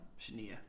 Shania